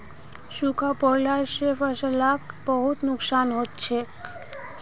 सूखा पोरला से फसलक बहुत नुक्सान हछेक